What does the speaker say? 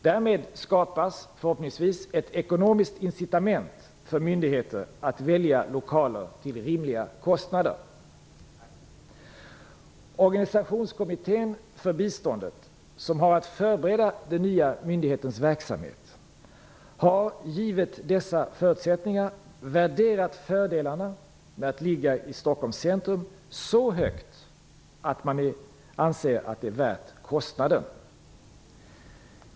Därmed skapas, förhoppningsvis, ett ekonomiskt incitament för myndigheter att välja lokaler till rimliga kostnader. Organisationskommittén för biståndet, som har att förbereda den nya myndighetens verksamhet, har givet dessa förutsättningar värderat fördelarna med att ligga i Stockhoms centrum så högt att man anser det värt kostnaden.